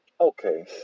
okay